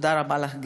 תודה רבה לך,